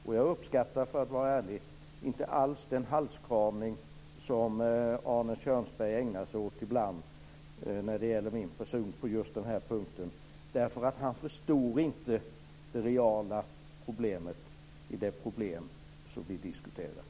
Och jag uppskattar, för att vara ärlig, inte alls den halskramning som Arne Kjörnsberg ägnar sig åt ibland när det gäller min person på just den här punkten. Han förstår nämligen inte det reala problemet i det som vi diskuterar.